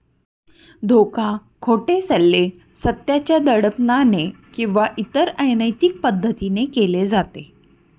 धोका, खोटे सल्ले, सत्याच्या दडपणाने किंवा इतर अनैतिक पद्धतीने केले जाते